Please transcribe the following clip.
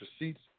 receipts